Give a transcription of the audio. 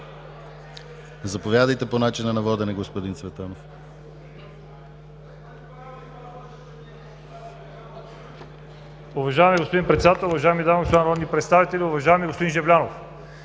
Заповядайте по начина на водене, господин Цветанов.